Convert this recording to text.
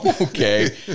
Okay